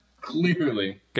clearly